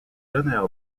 donneur